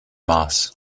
moss